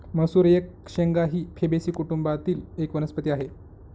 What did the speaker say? मसूर एक शेंगा ही फेबेसी कुटुंबातील एक वनस्पती आहे